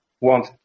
want